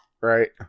Right